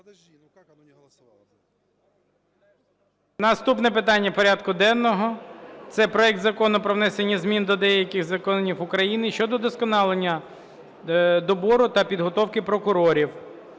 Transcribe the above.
Наступне питання порядку денного – це проект Закону про внесення змін до деяких законів України щодо удосконалення добору та підготовки прокурорів